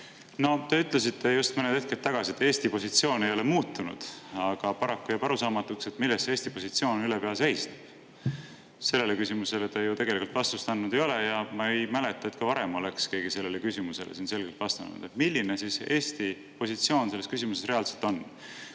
Te ütlesite just mõni hetk tagasi, et Eesti positsioon ei ole muutunud, aga paraku jääb arusaamatuks, milles Eesti positsioon ülepea seisneb. Sellele küsimusele te ju tegelikult vastust andnud ei ole ja ma ei mäleta, et ka varem oleks keegi siin selgelt vastanud sellele küsimusele, milline Eesti positsioon selles küsimuses reaalselt on.